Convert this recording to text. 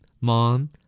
Mom